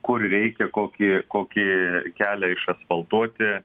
kur reikia kokį kokį kelią išasfaltuoti